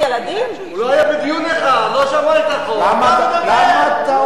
לא שמע את התגובות, למה אתה אומר את זה?